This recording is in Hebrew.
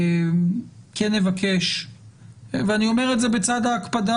אני כן אבקש ואני אומר את זה בצד ההקפדה